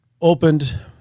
Opened